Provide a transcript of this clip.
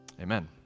Amen